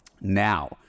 Now